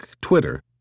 Twitter